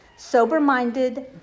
Sober-minded